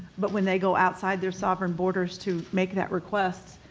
but when they go outside their sovereign borders to make that request,